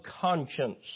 conscience